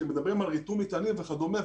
כשמדברים על ריתום מטענים וכדומה,